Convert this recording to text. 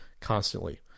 constantly